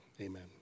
Amen